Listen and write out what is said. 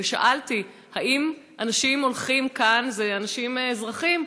ושאלתי: האם אנשים שהולכים כאן הם אנשים אזרחים?